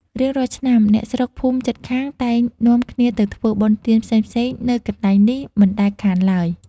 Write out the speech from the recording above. រៀងរាល់ឆ្នាំ អ្នកស្រុកភូមិជិតខាងតែងនាំគ្នាទៅធ្វើបុណ្យទានផ្សេងៗនៅកន្លែងនេះមិនដែលខានឡើយ។